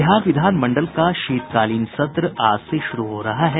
बिहार विधानमंडल का शीतकालीन सत्र आज से शुरू हो रहा है